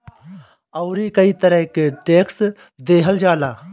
अउरी कई तरह के टेक्स देहल जाला